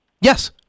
Yes